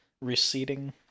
receding